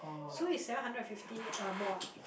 so it's seven hundred and fifty a mod